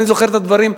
אני זוכר את הדברים.